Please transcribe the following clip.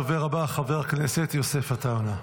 הדובר הבא, חבר הכנסת יוסף עטאונה,